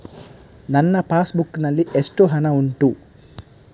ನನ್ನ passbook ನಲ್ಲಿ ಎಷ್ಟು ಹಣ ಉಂಟು?